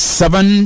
seven